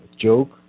joke